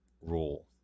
rule